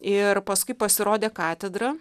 ir paskui pasirodė katedra